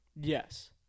Yes